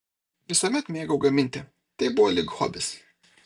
visuomet mėgau gaminti tai buvo lyg hobis